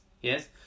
Yes